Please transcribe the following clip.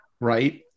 right